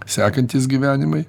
sekantys gyvenimai